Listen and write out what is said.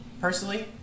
personally